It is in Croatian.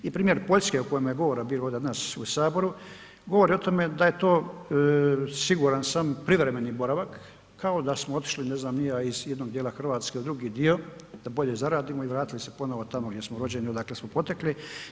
I primjer Poljske o kojemu je govora bilo ovdje danas u Saboru, govori o tome da je to, siguran sam privremeni boravak kao da smo otišli ne znam ni ja iz jednog dijela Hrvatske u drugi dio da bolje zaradimo i vratili se ponovno tamo gdje smo rođeni, odakle smo potekli.